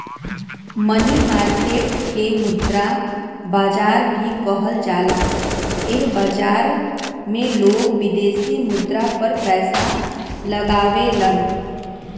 मनी market के मुद्रा बाजार भी कहल जाला एह बाजार में लोग विदेशी मुद्रा पर पैसा लगावेलन